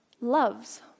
loves